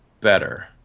better